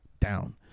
down